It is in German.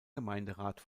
gemeinderat